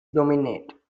dominate